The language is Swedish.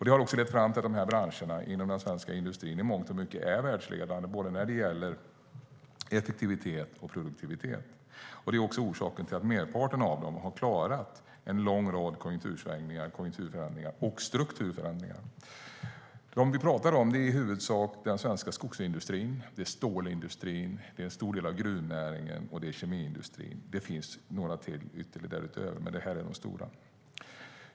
Det har också lett fram till att de här branscherna inom den svenska industrin i mångt och mycket är världsledande när det gäller både effektivitet och produktivitet. Det är också orsaken till att merparten av dem har klarat en lång rad konjunktursvängningar, konjunkturförändringar och strukturförändringar. Det handlar i huvudsak om den svenska skogsindustrin, stålindustrin, en stor del av gruvnäringen och kemiindustrin. Det finns ytterligare några, men det här är de stora.